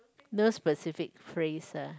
no specific phrase ah